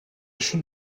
chute